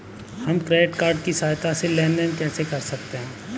हम credit card की सहायता से लेन देन कैसे कर सकते हैं?